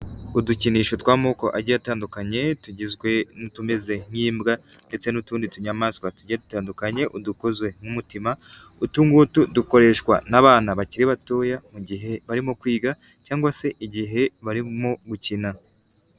Udukinisho tw'amoko agiye atandukanye tugizwe n'utumeze nk'imbwa ndetse n'utundi tunyamaswa tugiye dutandukanye, udukozwe nk'umutima, utungutu dukoreshwa n'abana bakiri batoya mu gihe barimo kwiga, cyangwa se igihe barimo gukina.